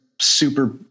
super